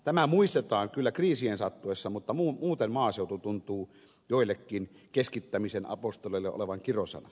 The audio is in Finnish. tämä muistetaan kyllä kriisien sattuessa mutta muuten maaseutu tuntuu joillekin keskittämisen apostoleille olevan kirosana